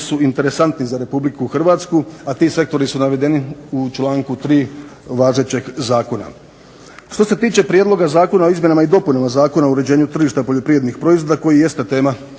su interesantni za Republiku Hrvatsku, a ti sektori su navedeni u članku 3. važećeg zakona. Što se tiče Prijedloga zakona o izmjenama i dopunama Zakona o uređenju tržišta poljoprivrednih proizvoda koji jeste tema